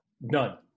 None